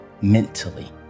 mentally